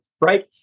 right